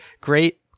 great